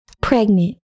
pregnant